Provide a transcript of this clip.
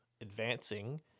advancing